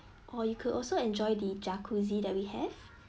or you could also enjoy the jacuzzi that we have